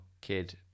kid